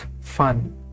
fun